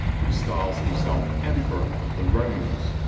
who styles himself emperor of the romans,